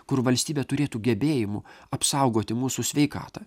kur valstybė turėtų gebėjimų apsaugoti mūsų sveikatą